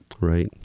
right